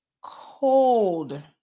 cold